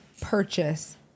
purchase